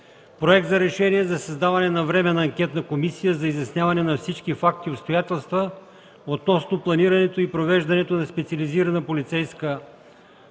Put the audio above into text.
Проект за решение за създаване на Временна анкетна комисия за изясняване на всички факти и обстоятелства относно планирането и провеждането на специализирана полицейска операция